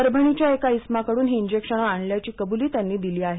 परभणीच्या एका इसमाकडून ही इंजेक्शने आणल्याची कबुली त्यांनी दिली आहे